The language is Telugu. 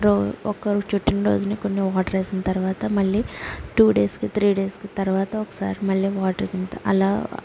రో ఒక్క చుట్టిన రోజునే కొన్ని వాటర్ వేసిన తర్వాత మళ్ళీ టూ డేస్కి త్రీ డేస్కి తర్వాత ఒకసారి మళ్ళీ వాటర్ అంత అలా